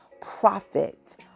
profit